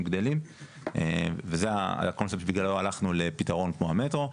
גדלים וזה הקונספט שבגללו הלכנו לפתרון כמו המטרו.